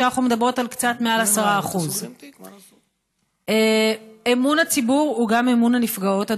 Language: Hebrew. ואנחנו מדברות על קצת מעל 10%. אמון הציבור הוא גם אמון הנפגעות,